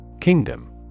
Kingdom